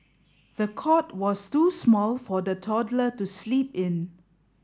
the cot was too small for the toddler to sleep in